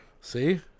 See